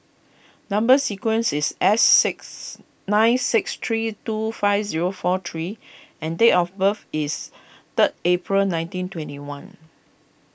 Number Sequence is S six nine six three two five zero four W and date of birth is third April nineteen twenty one